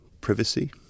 privacy